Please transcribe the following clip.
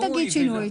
אל תגיד שינוי.